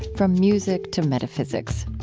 from music to metaphysics,